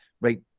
right